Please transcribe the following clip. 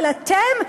אבל אתם?